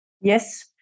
Yes